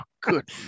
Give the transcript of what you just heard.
good